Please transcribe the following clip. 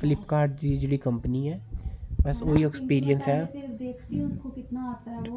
Flipkart जेह्ड़ी company ऐ ओह् इन्नी एक्सपीरियंस ऐ